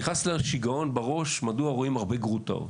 נכנס לה שיגעון בראש מדוע רואים הרבה גרוטאות.